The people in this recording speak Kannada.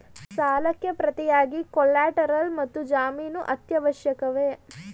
ಸಾಲಕ್ಕೆ ಪ್ರತಿಯಾಗಿ ಕೊಲ್ಯಾಟರಲ್ ಮತ್ತು ಜಾಮೀನು ಅತ್ಯವಶ್ಯಕವೇ?